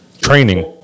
Training